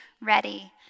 ready